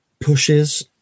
pushes